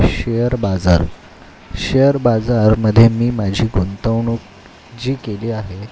share बाजार share बाजारमधे मी माझी गुंतवणूक जी केली आहे